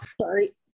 Sorry